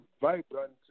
vibrant